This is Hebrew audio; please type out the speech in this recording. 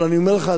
אבל אני אומר לך,